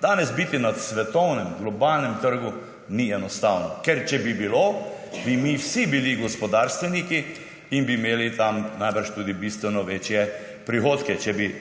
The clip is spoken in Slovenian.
Danes biti na svetovnem, globalnem trgu ni enostavno. Ker če bi bilo, bi mi vsi bili gospodarstveniki in bi imeli tam verjetno tudi bistveno večje prihodke, če bi